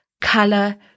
color